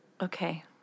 Okay